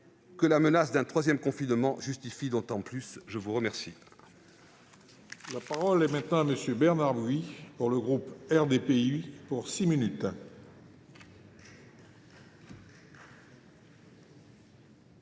que la menace d'un troisième confinement justifie d'autant plus. La parole